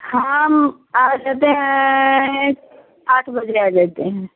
हम आ जाते हैं आठ बजे आ जाते हैं